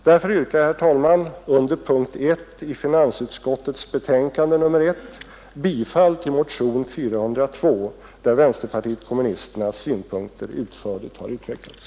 Därför yrkar jag, herr talman, under punkt 1 i finansutskottets betänkande nr 1 bifall till motionen 402, där vänsterpartiet kommunisternas synpunkter utförligt har utvecklats.